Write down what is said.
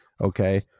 Okay